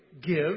Give